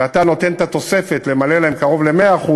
ואתה נותן את התוספת למלא להם קרוב ל-100%,